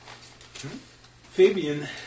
Fabian